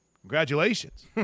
Congratulations